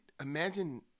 imagine